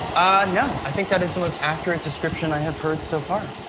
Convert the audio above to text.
no, i think that is the most accurate description i have heard so far.